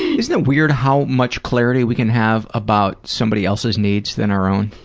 isn't it weird how much clarity we can have about somebody else's needs than our own.